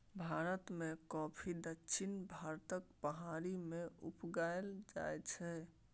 भारत मे कॉफी दक्षिण भारतक पहाड़ी मे उगाएल जाइ छै